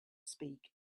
speak